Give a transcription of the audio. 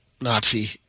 Nazi